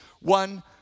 one